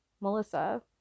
Melissa